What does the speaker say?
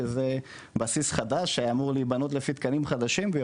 וזה בסיס חדש שאמור להיבנות לפי תקנים חדשים והיא